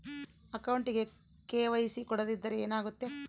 ಅಕೌಂಟಗೆ ಕೆ.ವೈ.ಸಿ ಕೊಡದಿದ್ದರೆ ಏನಾಗುತ್ತೆ?